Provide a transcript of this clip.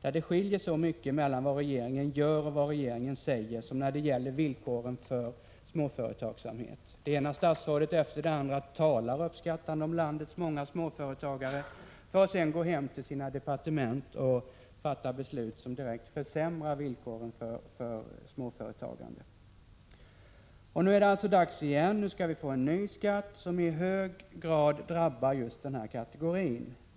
där det skiljer sig så mycket mellan vad regeringen gör och vad regeringen säger som när det gäller villkoren för småföretagsamhet. Det ena statsrådet efter det andra talar uppskattande om landets många småföretagare för att sedan gå hem till sina departement och fatta beslut som direkt försämrar villkoren för småföretagande. Nu är det alltså dags igen. Nu skall vi få en ny skatt som i hög grad drabbar just den här kategorin.